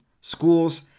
schools